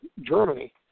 Germany